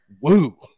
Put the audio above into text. Woo